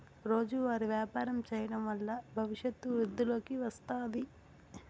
రోజువారీ వ్యాపారం చేయడం వల్ల భవిష్యత్తు వృద్ధిలోకి వస్తాది